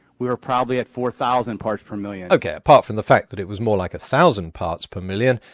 we were probably at four thousand parts per million. ok, apart from the fact that it was more like a one thousand parts per million,